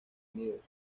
unidos